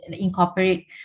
incorporate